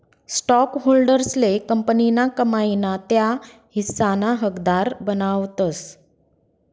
स्टॉकहोल्डर्सले कंपनीना कमाई ना त्या हिस्साना हकदार बनावतस